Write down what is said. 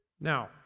Now